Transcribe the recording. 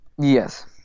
Yes